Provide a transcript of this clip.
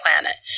planet